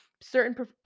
certain